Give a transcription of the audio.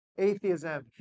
Atheism